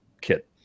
kit